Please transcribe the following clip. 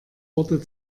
worte